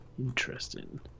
Interesting